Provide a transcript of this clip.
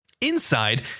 Inside